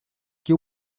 que